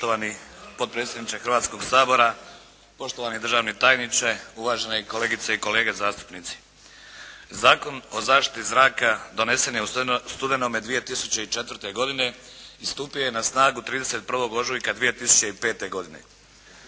Poštovani potpredsjedniče Hrvatskog sabora, poštovani državni tajniče, uvažene kolegice i kolege zastupnici. Zakon o zaštiti zraka donesen je u studenome 2004. godine i stupio je na snagu 31. ožujka 2005. godine.